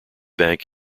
bank